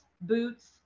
boots